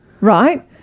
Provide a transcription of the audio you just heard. Right